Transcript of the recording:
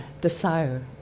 desire